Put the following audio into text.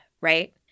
right